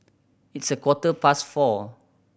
its a quarter past four